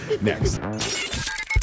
Next